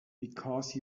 because